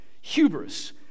Hubris